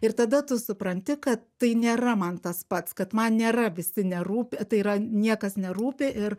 ir tada tu supranti kad tai nėra man tas pats kad man nėra visi nerūpi tai yra niekas nerūpi ir